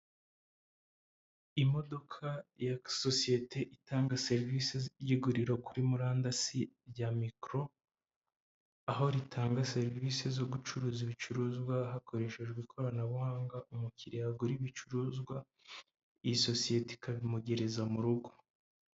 Imodoka ya sosiyete itanga serivisi y'iguriro kuri murandasi rya mikoro, aho ritanga serivisi zo gucuruza ibicuruzwa hakoreshejwe ikoranabuhanga, umukiriya agura ibicuruzwa iyi sosiyete ikabimugereza mu rugo.